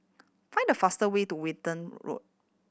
find the faster way to Walton Road